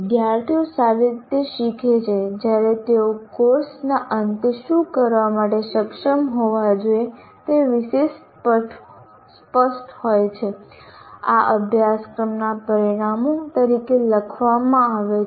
વિદ્યાર્થીઓ સારી રીતે શીખે છે જ્યારે તેઓ કોર્સના અંતે શું કરવા માટે સક્ષમ હોવા જોઈએ તે વિશે સ્પષ્ટ હોય છે આ અભ્યાસક્રમના પરિણામો તરીકે લખવામાં આવે છે